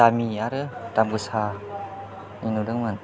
दामि आरो दाम गोसानि नुदोंमोन